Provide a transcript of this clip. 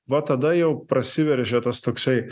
va tada jau prasiveržia tas toksai